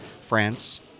France